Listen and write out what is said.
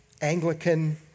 Anglican